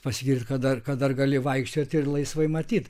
pasigirti kad dar kad dar gali vaikščioti ir laisvai matyt